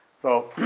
so,